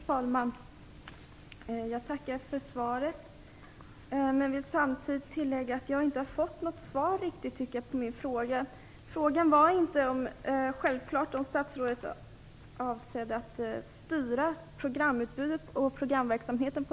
Fru talman! Jag tackar för svaret men vill samtidigt tillägga att jag inte har fått något riktigt svar på min fråga. Statsrådet skall självfallet inte på något sätt styra programutbudet och programverksamheten.